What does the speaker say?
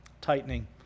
Tightening